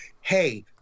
Hey